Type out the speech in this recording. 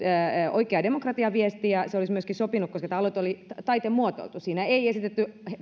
oikea demokratiaviesti ja se olisi myöskin sopinut koska tämä aloite oli taiten muotoiltu siinä ei esitetty